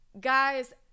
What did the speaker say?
guys